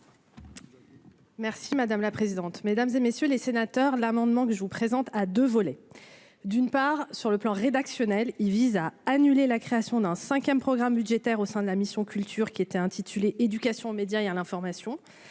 Merci madame la présidente, mesdames et messieurs les sénateurs, l'amendement que je vous présente à 2 volets : d'une part sur le plan rédactionnel, il vise à annuler la création d'un 5ème programme budgétaire au sein de la mission culture qui était intitulée éducation aux médias hier l'information,